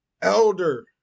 elder